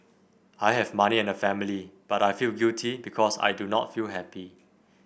I have money and a family but I feel guilty because I do not feel happy